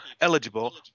eligible